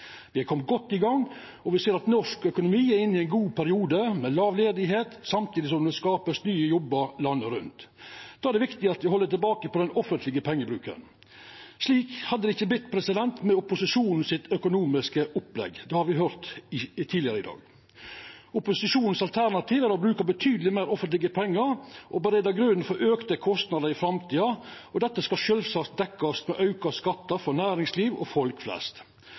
Me har kome godt i gang, og me ser at norsk økonomi er inne i ein god periode med låg ledigheit samtidig som det vert skapt nye jobbar landet rundt. Då er det viktig at me held tilbake på den offentlege pengebruken. Slik hadde det ikkje vorte med det økonomiske opplegget til opposisjonen. Det har me høyrt tidlegare i dag. Alternativet til opposisjonen er å bruka betydeleg meir offentlege pengar og reia grunnen for auka kostnader i framtida, og dette skal sjølvsagt dekkjast med auka skattar for næringsliv og folk flest.